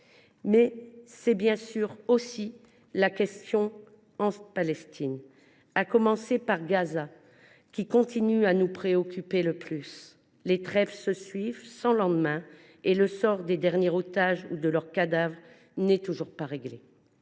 C’est bien sûr la situation en Palestine, à commencer par Gaza, qui continue à nous préoccuper au plus haut point. Les trêves se suivent, sans lendemain, et le sort des derniers otages, ou de leurs cadavres, n’est toujours pas réglé.